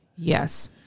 Yes